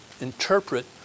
interpret